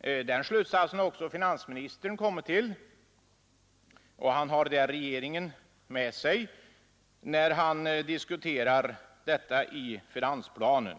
Den slutsatsen har också finansministern kommit till. Och han har regeringen med sig när han diskuterar detta i finansplanen.